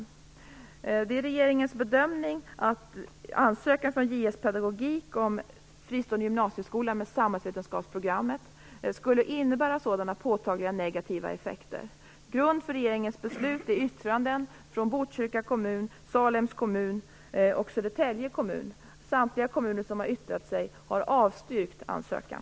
Det är regeringens bedömning att ett beslut att bifalla ansökan från J S Pedagogik AB om en fristående gymnasieskola med samhällsvetenskapsprogrammet skulle innebära sådana påtagliga negativa effekter. Grunden för regeringens beslut är yttranden från Botkyrka kommun, Salems kommun och Södertälje kommun. Samtliga kommuner som har yttrat sig har avstyrkt ansökan.